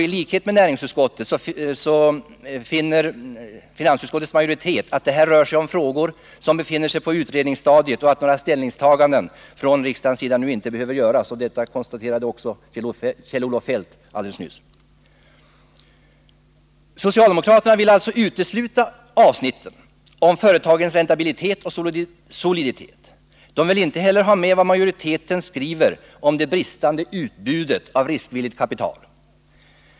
I likhet med näringsutskottet finner finansutskottets majoritet att det rör sig om frågor som befinner sig på utredningsstadiet och att några ställningstaganden från riksdagens sida därför nu inte behöver göras. Detta konstaterade ju också Kjell-Olof Feldt alldeles nyss. Socialdemokraterna vill alltså utesluta avsnittet om företagens räntabilitet och soliditet. De vill inte heller ha med vad majoriteten skriver om det bristande utbudet av riskvilligt kapital.